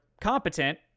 competent